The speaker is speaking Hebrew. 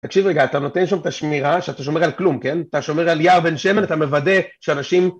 תקשיב רגע, אתה נותן שם את השמירה שאתה שומר על כלום, כן? אתה שומר על יער בן שמן, אתה מוודא שאנשים...